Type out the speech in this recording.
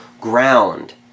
ground